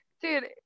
dude